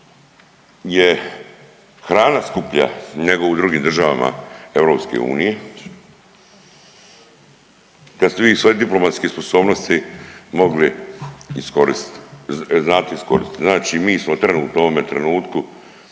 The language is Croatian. je hrana skuplja nego u drugim državama EU kad ste vi svoje diplomatske sposobnosti mogli iskoristiti, znate iskoristiti? Znači mi smo trenutno u ovome trenutku